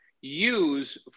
use